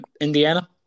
Indiana